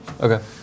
Okay